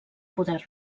poder